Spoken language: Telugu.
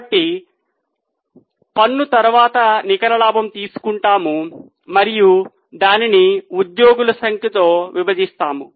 కాబట్టి మనము పన్ను తరువాత నికర లాభం తీసుకుంటాము మరియు దానిని ఉద్యోగుల సంఖ్యతో విభజిస్తాము